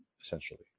essentially